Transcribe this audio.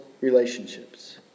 relationships